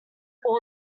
all